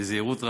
בזהירות רבה.